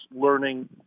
learning